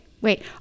wait